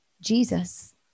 Jesus